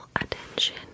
attention